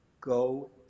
go